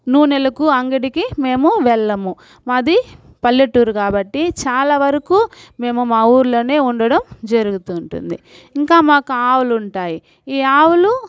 నూనెలను అంగడికి మేము వెళ్ళము మాది పల్లెటూరు కాబట్టి చాలా వరకు మేము మా ఊర్లోనే ఉండటం జరుగుతూ ఉంటుంది ఇంకా మాకు ఆవులుంటాయి ఈ ఆవులు